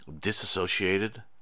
disassociated